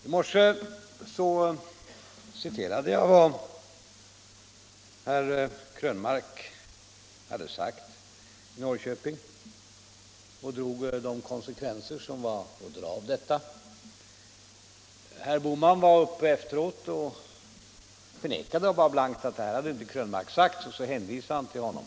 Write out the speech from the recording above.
I morse citerade jag vad herr Krönmark hade sagt i Norrköping och drog de konsekvenser som var att dra av detta. Herr Bohman var uppe efteråt och förnekade blankt att herr Krönmark hade sagt detta och hänvisade till honom.